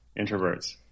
Introverts